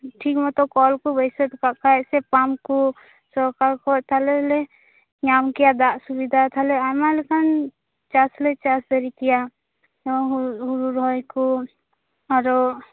ᱴᱷᱤᱠ ᱢᱚᱛᱚ ᱠᱚᱞᱠᱚ ᱵᱟ ᱭᱥᱟ ᱣ ᱛᱮᱠᱟᱡ ᱠᱷᱟᱡ ᱥᱮ ᱯᱟᱢ ᱠᱚ ᱥᱚᱨᱠᱟᱨ ᱠᱷᱚᱡ ᱛᱟᱞᱮ ᱞᱮ ᱧᱟᱢ ᱠᱮᱭᱟ ᱫᱟᱜ ᱥᱩᱵᱤᱫᱷᱟ ᱛᱟᱦᱞᱮ ᱟᱭᱢᱟ ᱞᱮᱠᱟᱱ ᱪᱟᱥ ᱞᱮ ᱪᱟᱥ ᱛᱟ ᱨᱤᱠᱮᱭᱟ ᱦᱚᱸ ᱦᱩ ᱦᱩᱲᱩ ᱨᱚᱦᱚᱭ ᱠᱚ ᱟᱨᱚᱸ